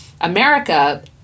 America